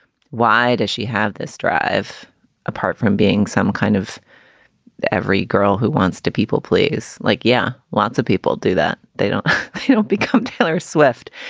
why does she have this drive apart from being some kind of every girl who wants to people, please. like, yeah, lots of people do that. they don't you don't become taylor swift.